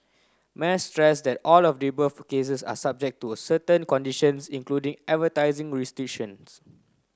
Mas stress that all of the above cases are subject to a certain conditions including advertising restrictions